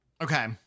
Okay